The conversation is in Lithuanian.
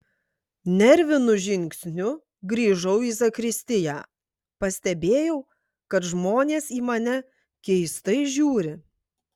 nervinu žingsniu grįžau į zakristiją pastebėjau kad žmonės į mane keistai žiūri